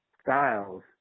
styles